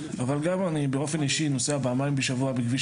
אבל גם אני באופן אישי נוסע פעמיים בשבוע בכביש